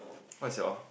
what is your